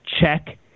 check